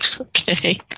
Okay